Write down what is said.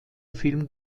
film